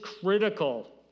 critical